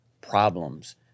problems